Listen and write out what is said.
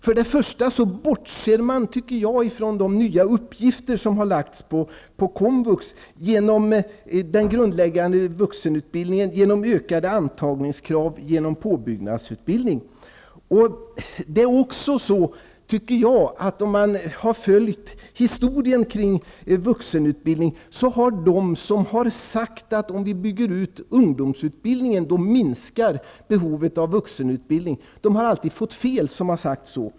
Jag tycker att man bortser ifrån de nya uppgifter som har lagts på komvux genom den grundläggande vuxenutbildningen, ökade antagningskrav och påbyggnadsutbildning. Om man har följt historien kring vuxenutbildningen finner man att de som har sagt att om vi bygger ut ungdomsutbildningen minskar behovet av vuxenutbildning alltid fått fel.